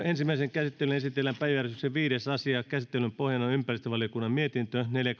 ensimmäiseen käsittelyyn esitellään päiväjärjestyksen viides asia käsittelyn pohjana on ympäristövaliokunnan mietintö neljä